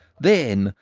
then,